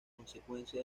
consecuencia